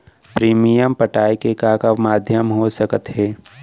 Premium पटाय के का का माधयम हो सकत हे?